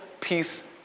peace